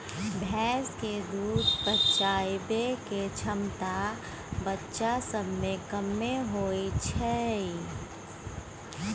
भैंस के दूध पचाबइ के क्षमता बच्चा सब में कम्मे होइ छइ